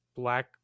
black